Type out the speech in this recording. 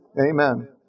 Amen